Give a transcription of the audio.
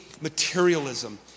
materialism